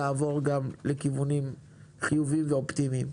אבל לעבור גם לכיוונים חיוביים ואופטימיים.